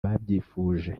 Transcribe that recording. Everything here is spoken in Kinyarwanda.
babyifuje